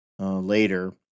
Later